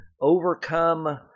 overcome